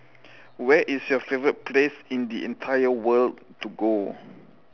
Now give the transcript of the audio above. where is your favorite place in the entire world to go